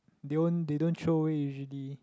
they won't they don't throw away usually